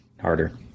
harder